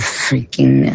freaking